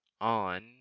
on